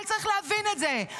עם ישראל צריך להבין את זה,